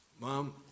Mom